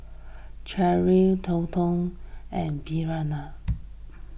Cherri Treyton and Bertina